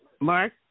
Mark